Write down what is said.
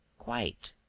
quite.